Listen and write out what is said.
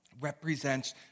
represents